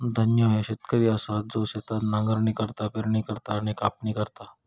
धन्ना ह्यो शेतकरी असा जो शेतात नांगरणी करता, पेरणी करता आणि कापणी करता